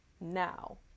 now